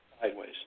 sideways